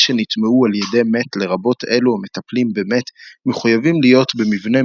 מי שנטמא על ידי מת לרבות אלו המטפלים במת מחויבים להיות במבנה